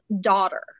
daughter